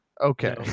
okay